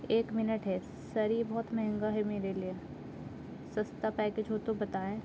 ایک منٹ ہے سر یہ بہت مہنگا ہے میرے لیے سستا پیکیج ہو تو بتائیں